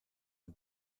ein